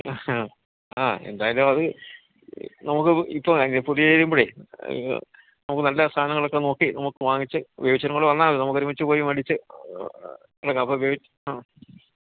ആ എന്തായാലും അത് നമുക്ക് ഇപ്പം അങ്ങ് പുതിയ കഴിയുമ്പോൾ നമുക്ക് നല്ല സാധനങ്ങളൊക്കെ നോക്കി നമുക്ക് വാങ്ങിച്ച് ബേബിച്ചനും കൂടെ വന്നാൽ മതി നമുക്ക് ഒരുമിച്ച് പോയി മേടിച്ച് എടുക്കാം അപ്പം ബേബിച്ച് ആ